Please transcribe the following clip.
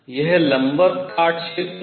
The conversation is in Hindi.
यह लंबवत काट क्षेत्र है